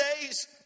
days